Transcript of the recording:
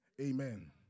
Amen